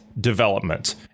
development